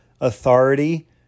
authority